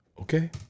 Okay